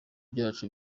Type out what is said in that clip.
byacu